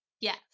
Yes